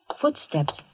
Footsteps